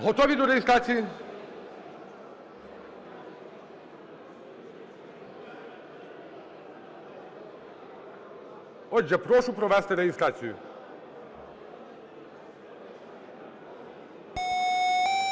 Готові до реєстрації? Отже, прошу провести реєстрацію.